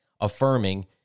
affirming